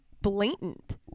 blatant